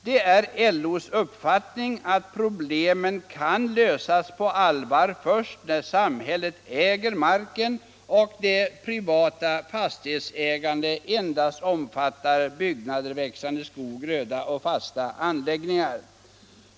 Det är LO:s uppfattning att problemen kan lösas på allvar först när samhället äger marken och det privata fastighetsägandet endast omfattar byggnader, växande skog, gröda och fasta anläggningar.